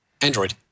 Android